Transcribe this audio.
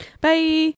bye